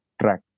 track